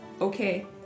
okay